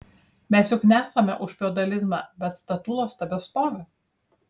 mes juk nesame už feodalizmą bet statulos tebestovi